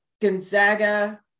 Gonzaga